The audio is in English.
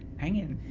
hang in